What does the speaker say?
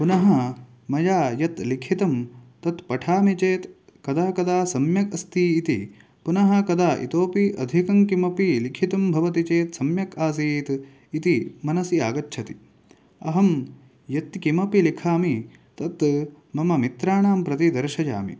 पुनः मया यत् लिखितं तत् पठामि चेत् कदा कदा सम्यक् अस्ति इति पुनः कदा इतोपि अधिकं किमपि लिखितं भवति चेत् सम्यक् आसीत् इति मनसि आगच्छति अहं यत् किमपि लिखामि तत् मम मित्राणां प्रति दर्शयामि